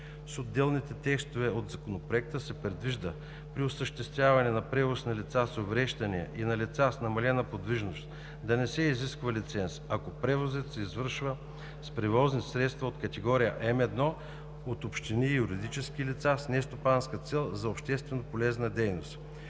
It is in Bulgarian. С отделни текстове от Законопроекта се предвижда при осъществяването на превоз на лица с увреждания и на лица с намалена подвижност да не се изисква лиценз, ако превозът се извършва с превозни средства от категория М1 от общини и юридически лица с нестопанска цел за общественополезна дейност.